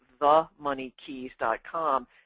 themoneykeys.com